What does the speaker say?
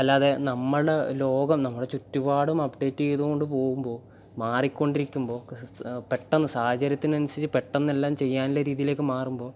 അല്ലാതെ നമ്മൾ ലോകം നമ്മുടെ ചുറ്റുപാടും അപ്ഡേറ്റ് ചെയ്ത് കൊണ്ട് പോകുമ്പോൾ മാറികൊണ്ടിരിക്കുമ്പോൾ പെട്ടെന്ന് സാഹചര്യത്തിനനുസരിച്ച് പെട്ടെന്ന് എല്ലാം ചെയ്യാനുള്ള രീതിയിലേക്ക് മാറുമ്പോൾ